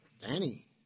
Danny